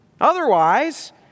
Otherwise